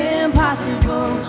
impossible